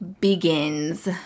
begins